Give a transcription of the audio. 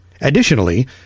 Additionally